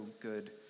good